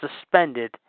suspended